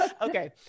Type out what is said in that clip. Okay